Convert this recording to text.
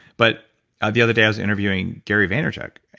but ah the other day i was interviewing gary vaynerchuk,